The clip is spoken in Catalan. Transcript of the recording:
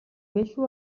deixo